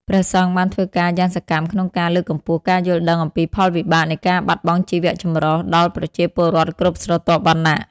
ព្រះសង្ឃបានធ្វើការយ៉ាងសកម្មក្នុងការ លើកកម្ពស់ការយល់ដឹងអំពីផលវិបាកនៃការបាត់បង់ជីវៈចម្រុះ ដល់ប្រជាពលរដ្ឋគ្រប់ស្រទាប់វណ្ណៈ។